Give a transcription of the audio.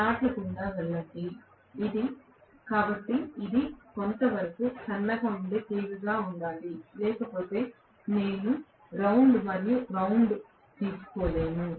స్లాట్ల గుండా వెళ్ళండి కాబట్టి ఇది కొంతవరకు సన్నగా ఉండే తీగగా ఉండాలి లేకపోతే నేను రౌండ్ మరియు రౌండ్ తీసుకోలేను